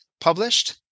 Published